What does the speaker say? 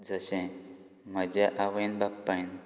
जशें म्हाज्या आवयन बापायन